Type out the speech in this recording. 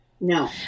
No